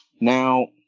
Now